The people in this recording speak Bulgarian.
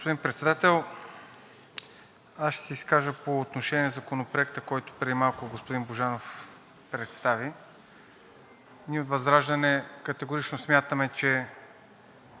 Господин Председател, аз ще се изкажа по отношение на Законопроекта, който преди малко господин Божанов представи. Ние от ВЪЗРАЖДАНЕ категорично смятаме, че